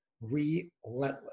relentless